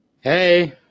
Hey